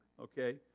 okay